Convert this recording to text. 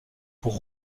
pour